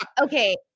Okay